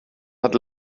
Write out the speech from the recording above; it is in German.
hat